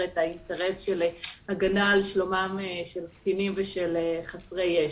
את האינטרס של ההגנה על שלומם של קטינים ושל חסרי ישע.